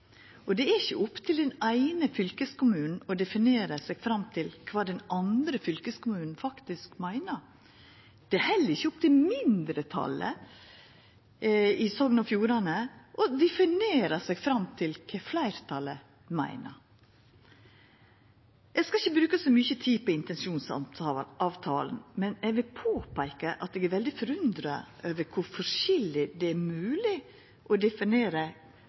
og det er ikkje opp til den eine fylkeskommunen å definera seg fram til kva den andre fylkeskommunen faktisk meiner. Det er heller ikkje opp til mindretalet i Sogn og Fjordane å definera seg fram til kva fleirtalet meiner. Eg skal ikkje bruka så mykje tid på intensjonsavtalen, men eg vil påpeika at eg er veldig forundra over kor forskjellig det er mogleg å